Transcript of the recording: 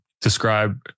describe